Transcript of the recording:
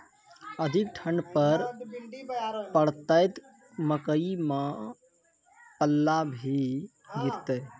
अधिक ठंड पर पड़तैत मकई मां पल्ला भी गिरते?